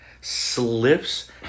slips